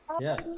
Yes